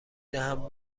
دهم